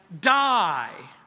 die